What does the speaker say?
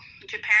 Japan